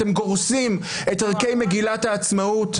אתם גורסים את ערכי מגילת העצמאות,